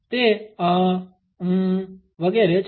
તે અઅઅ અંમમમ વગેરે છે